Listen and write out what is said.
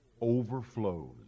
overflows